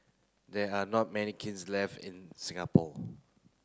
there are not many kilns left in Singapore